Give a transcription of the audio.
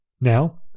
Now